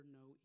no